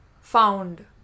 found